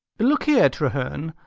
look here, treherne,